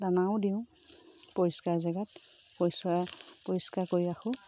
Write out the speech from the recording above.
দানাও দিওঁ পৰিষ্কাৰ জেগাত পৰিষ্কাৰ পৰিষ্কাৰ কৰি ৰাখোঁ